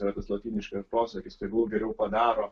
yra tas lotyniškas posakis tegul geriau padaro